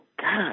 God